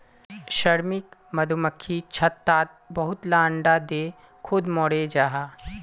श्रमिक मधुमक्खी छत्तात बहुत ला अंडा दें खुद मोरे जहा